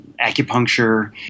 acupuncture